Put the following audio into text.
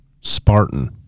Spartan